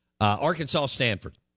Arkansas-Stanford